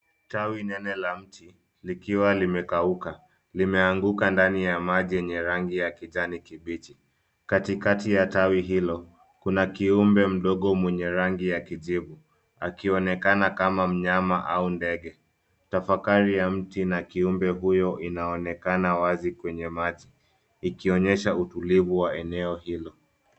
Tawi nene ya mti likiwa limekauka limeanguka ndani ya maji yenye rangi ya kijani kibichi. Katikati ya tawi hilo kuna kiumbe mdogo mwenye rangi ya kijivu akionekana kama mnyama au dege. Tafakari ya mti na kiumbe huyo inaonekana wazi kwenye maji ikionyesha utulivu wa eneo hilo.